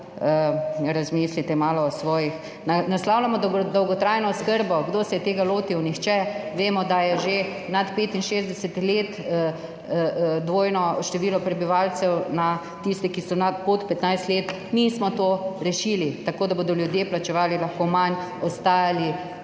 razmislite malo o svojih ... Naslavljamo dolgotrajno oskrbo. Kdo se je tega lotil? Nihče. Vemo, da je že nad 65 let dvojno število prebivalcev na tiste, ki so pod 15 let. Mi smo to rešili tako, da bodo ljudje lahko plačevali manj, ostajali